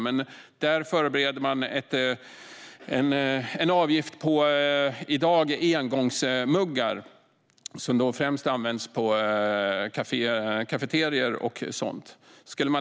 I Storbritannien förbereder man i dag en avgift på engångsmuggar som främst används på kafeterior och liknande.